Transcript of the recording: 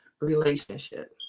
relationship